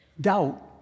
Doubt